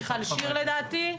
מיכל שיר, לדעתי.